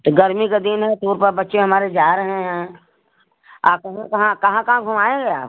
तो गर्मी का दिन है टूर पर बच्चे हमारे जा रहे हैं आप कहाँ कहाँ कहाँ घुमाएँगे आप